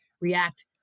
react